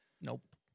nope